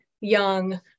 young